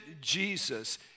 Jesus